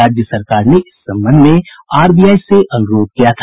राज्य सरकार ने इस संबंध में आरबीआई से अनुरोध किया था